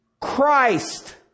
Christ